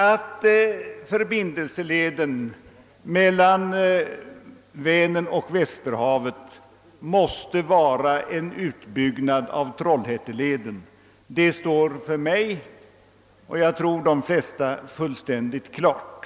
Att förbindelseleden mellan Vänern och Västerhavet måste vara en utbyggnad av Trollhätteleden står för mig och som jag tror för de flesta fullständigt klart.